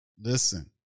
listen